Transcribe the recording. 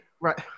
Right